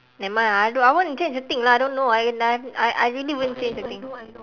never mind lah I don't I won't change a thing lah I don't know I I I really won't change a thing